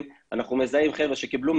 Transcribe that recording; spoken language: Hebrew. שזה 30 רשויות